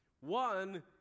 One